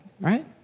right